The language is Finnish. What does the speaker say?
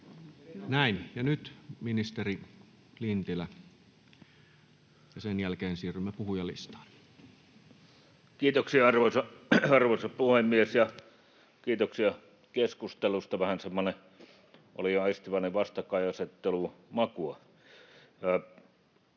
Näin. — Ja nyt ministeri Lintilä, ja sen jälkeen siirrymme puhujalistaan. Kiitoksia, arvoisa puhemies! Kiitoksia keskustelusta. Vähän olin aistivinani semmoista vastakkainasettelun makua.